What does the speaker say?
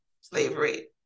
slavery